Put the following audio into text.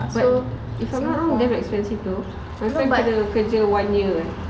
so if I'm not wrong damn expensive though but kena kerja one year